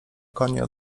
konie